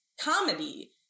comedy